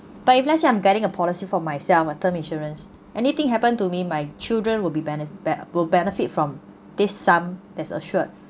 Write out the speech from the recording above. but if let's say I'm getting a policy for myself a term insurance anything happen to me my children will be bene~ be~ bo~ benefit from this sum that's assured